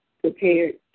prepared